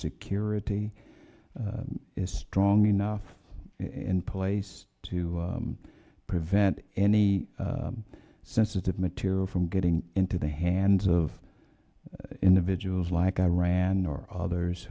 security is strong enough in place to prevent any sensitive material from getting into the hands of individuals like iran or others